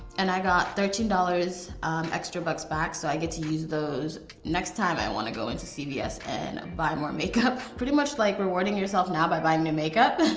and i got thirteen dollars extra bucks back, so i get to use those next time i wanna go into sort of cvs and buy more makeup. pretty much like rewarding yourself now by buying new makeup,